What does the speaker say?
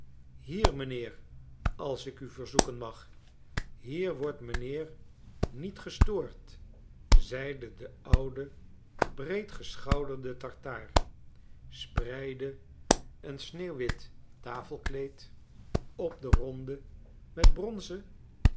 hier mijnheer als ik u verzoeken mag hier wordt mijnheer niet gestoord zeide de oude breedgeschouderde tartaar spreidde een sneeuwwit tafelkleed op de ronde met bronzen